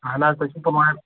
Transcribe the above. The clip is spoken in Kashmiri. اہن حظ تُہۍ چھُو پُلوامہِ